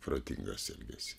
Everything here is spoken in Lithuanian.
protingas elgesys